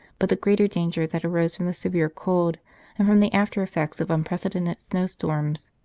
but the greater danger that arose from the severe cold and from the after-effects of unprecedented snow storms.